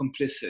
complicit